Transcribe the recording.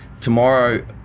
tomorrow